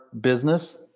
business